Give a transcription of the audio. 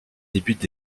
débutent